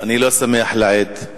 אני לא שמח לאיד,